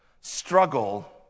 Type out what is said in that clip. struggle